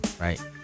right